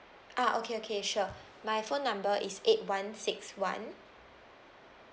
ah okay okay sure my phone number is eight one six one